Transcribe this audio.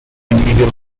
medieval